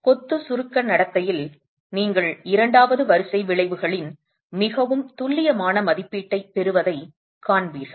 கொத்து சுருக்க நடத்தையில் நீங்கள் இரண்டாவது வரிசை விளைவுகளின் மிகவும் துல்லியமான மதிப்பீட்டைப் பெறுவதைக் காண்பீர்கள்